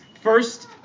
first